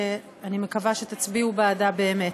שאני מקווה שתצביעו בעדה באמת.